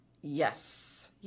Yes